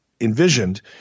envisioned